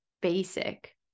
basic